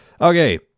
Okay